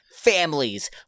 families